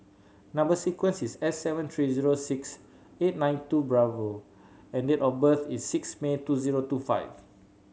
number sequence is S seven three zero six eight nine two and the date of birth is six May two zero two five